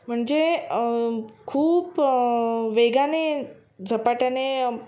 म्हणजे खूप वेगाने झपाट्याने